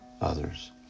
others